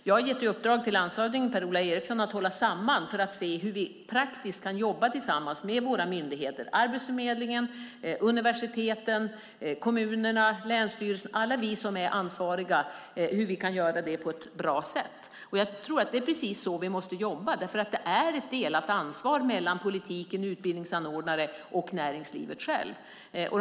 Jag har gett i uppdrag till landshövding Per-Ola Eriksson att hålla samman för att se hur vi praktiskt kan jobba tillsammans med våra myndigheter - Arbetsförmedlingen, universiteten, kommunerna, länsstyrelserna och alla som är ansvariga - och göra det på ett bra sätt. Jag tror att det är precis så vi måste jobba, för det är ett delat ansvar mellan politiken, utbildningsanordnare och näringslivet självt.